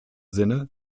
sinne